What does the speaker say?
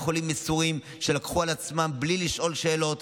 חולים מסורים שלקחו על עצמם בלי לשאול שאלות,